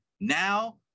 Now